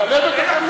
על כלבת אתם נגד?